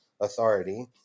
authority